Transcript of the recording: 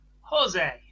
Jose